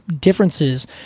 differences